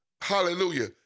hallelujah